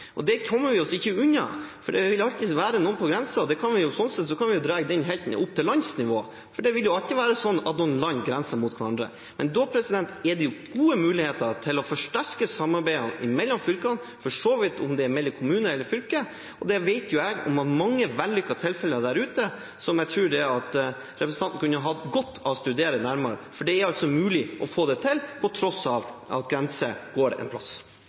grensen. Det kommer vi oss ikke unna, for det vil alltid være noen på grensen. Det kan vi sånn sett dra helt opp til landsnivå, for det vil alltid være sånn at noen land grenser mot hverandre. Da er det jo gode muligheter til å forsterke samarbeidet mellom fylkene, eller for så vidt mellom kommuner eller fylker. Jeg vet om mange vellykkede tilfeller der ute som jeg tror representanten Trellevik kunne hatt godt av å studere nærmere, for det er mulig å få det til, på tross av at grensen går en plass.